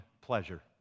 pleasure